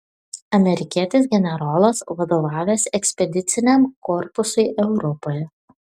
amerikietis generolas vadovavęs ekspediciniam korpusui europoje